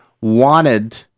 wanted